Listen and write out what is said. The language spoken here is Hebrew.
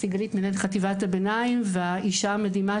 סיגלית מנהלת חטיבת הביניים והאישה המדהימה